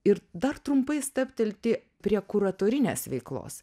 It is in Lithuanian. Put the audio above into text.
ir dar trumpai stabtelti prie kuratorinės veiklos